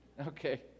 Okay